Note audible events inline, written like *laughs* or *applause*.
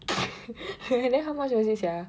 *laughs* then how much was it sia